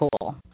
cool